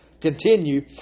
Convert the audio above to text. continue